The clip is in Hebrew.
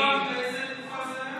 תזכיר לי עוד פעם, באיזו תקופה זה היה?